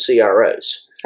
CROs